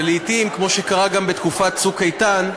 ולעתים, כמו שקרה גם בתקופת "צוק איתן",